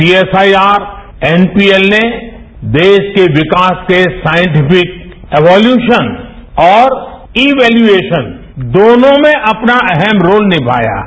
CSIR NPL ने देश के विकास के साइटिफिक एवोल्यूशन और ईवेल्यूशन दोनों में अपना अहम रोल निमाया है